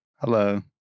Hello